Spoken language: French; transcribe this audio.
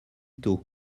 tôt